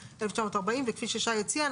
1940'. וכפי ששי הציע,